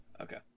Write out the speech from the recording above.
Okay